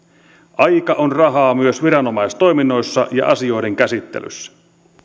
aika on rahaa myös viranomaistoiminnoissa ja asioiden käsittelyssä